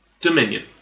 Dominion